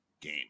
game